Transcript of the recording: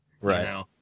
Right